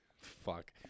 fuck